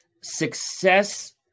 success